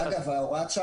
אתה